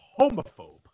homophobe